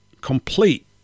complete